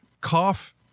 cough